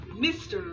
Mr